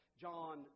John